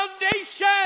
foundation